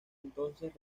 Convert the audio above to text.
entonces